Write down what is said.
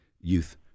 youth